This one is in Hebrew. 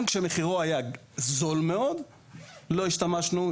גם כאשר מחירו היה זול, לא השתמשנו.